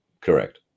correct